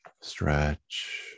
stretch